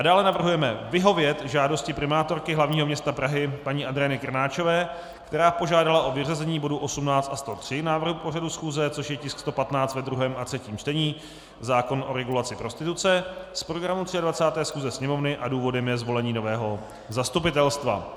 Dále navrhujeme vyhovět žádosti primátorky hlavního města Prahy paní Adriany Krnáčové, která požádala o vyřazení bodu 18 a 103 návrhu pořadu schůze, což tisk 115 ve druhém a třetím čtení, zákon o regulaci prostituce, z programu 23. schůze Sněmovny, důvodem je zvolení nového zastupitelstva.